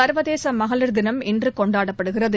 சர்வதேச மகளிர் தினம் இன்று கொண்டாடப்படுகிறது